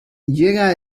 llega